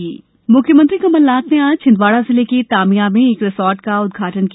Kamal Nath resort मुख्यमंत्री कमलनाथ ने आज छिंदवाड़ा जिले के तामिया में एक रिसोर्ट का उदघाटन किया